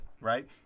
right